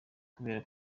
kubera